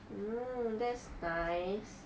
mm that's nice